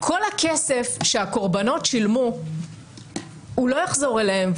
כל הכסף שהקורבנות שילמו הוא לא יחזור אליהם.